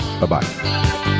Bye-bye